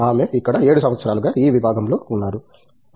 ఆమె ఇక్కడ 7 సంవత్సరాలుగా ఈ విభాగంలో ఉన్నారు